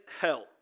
hell